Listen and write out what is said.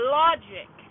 logic